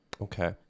okay